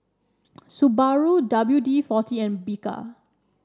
Subaru W D forty and Bika